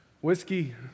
Whiskey